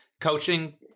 coaching